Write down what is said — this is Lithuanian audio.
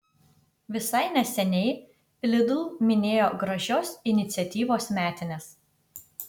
visai neseniai lidl minėjo gražios iniciatyvos metines